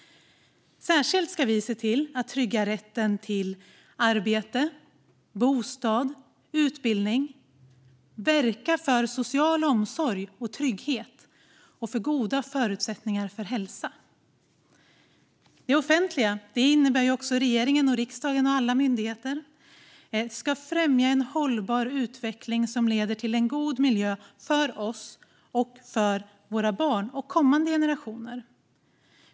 Vi ska särskilt se till att trygga rätten till arbete, bostad och utbildning samt verka för social omsorg, trygghet och goda förutsättningar för hälsa. Det offentliga - regeringen, riksdagen och alla myndigheter - ska främja en hållbar utveckling som leder till en god miljö för oss, våra barn och kommande generationer.